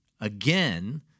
again